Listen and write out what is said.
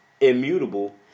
immutable